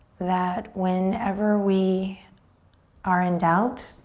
that whenever we are in doubt